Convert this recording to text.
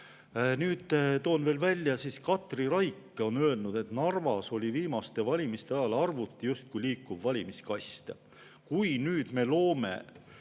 Nüüd toon veel välja, et Katri Raik on öelnud, et Narvas oli viimaste valimiste ajal arvuti justkui liikuv valimiskast. Kui me nüüd loome